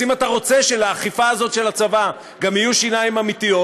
אז אם אתה רוצה שלאכיפה הזאת של הצבא גם יהיו שיניים אמיתיות,